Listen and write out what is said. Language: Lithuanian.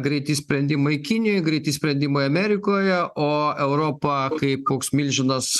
greiti sprendimai kinijoj greiti sprendimai amerikoje o europa kaip koks milžinas